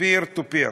peer to peer,